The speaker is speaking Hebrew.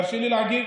הרשי לי להגיב.